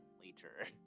later